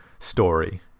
story